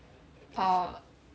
orh